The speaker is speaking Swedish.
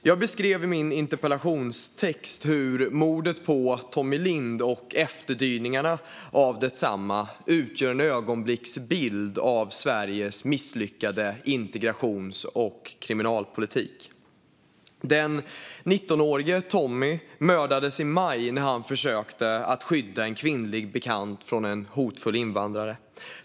Jag beskrev i min interpellationstext hur mordet på Tommie Lindh och efterdyningarna av detsamma utgör en ögonblicksbild av Sveriges misslyckade integrations och kriminalpolitik. Den 19-årige Tommie mördades i maj när han försökte skydda en kvinnlig bekant från en hotfull invandrare.